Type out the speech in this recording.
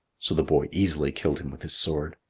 so the boy easily killed him with his sword.